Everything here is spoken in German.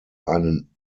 einen